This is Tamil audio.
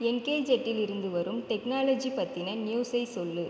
என்கேஜெட்டிலிருந்து வரும் டெக்னாலஜி பத்திய நியூஸை சொல்